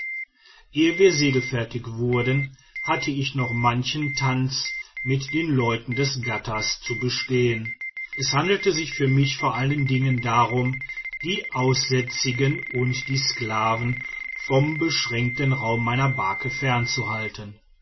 ehe wir segelfertig wurden hatte ich noch manchen tanz mit den leuten des ghattas zu bestehen es handelte sich für mich vor allen dingen darum die aussätzigen und die sklaven vom beschränkten raum meiner barke fernzuhalten